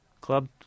club